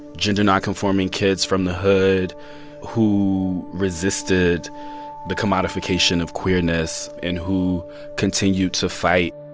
gender-nonconforming kids from the hood who resisted the commodification of queerness and who continue to fight